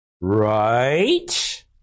Right